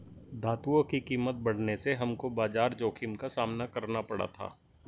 धातुओं की कीमत बढ़ने से हमको बाजार जोखिम का सामना करना पड़ा था